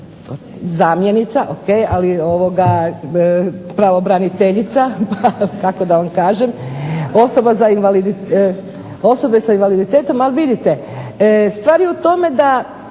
zamjenica ok, ali pravobraniteljica kako da vam kažem osobe s invaliditetom. Ali vidite, stvar je u tome da